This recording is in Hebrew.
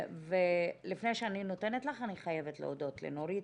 ולפני שאני נותנת לך אני חייבת להודות לנורית